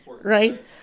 right